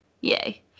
Yay